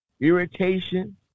Irritation